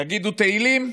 תגידו תהילים?